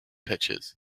pictures